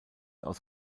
aus